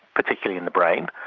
particularly in the brain,